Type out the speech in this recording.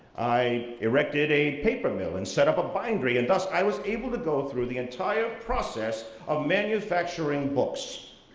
i erected a paper mill and set up a bindery and thus i was able to go through the entire process of manufacturing books,